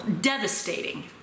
devastating